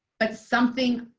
but something,